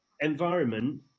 environment